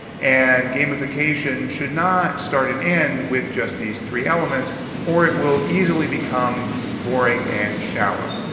and, gamification should not start and end with just these three elements or it will easily become boring and shallow.